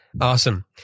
Awesome